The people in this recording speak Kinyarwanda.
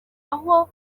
aho